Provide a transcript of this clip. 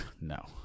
No